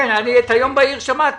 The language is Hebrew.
כן, את היום בהיר שמעתי.